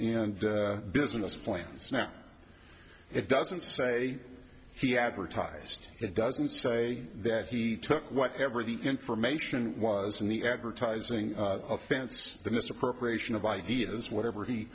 and business plans now it doesn't say he advertised it doesn't say that he took whatever the information was in the advertising offense the misappropriation of ideas whatever he